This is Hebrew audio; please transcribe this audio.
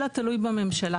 אלא תלוי בממשלה,